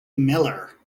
miller